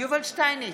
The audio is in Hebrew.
יובל שטייניץ,